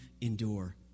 endure